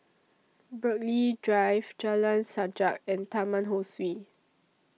Burghley Drive Jalan Sajak and Taman Ho Swee